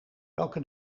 welke